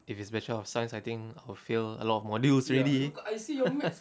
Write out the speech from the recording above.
if it's bachelor of science I think I'll fail a lot of modules already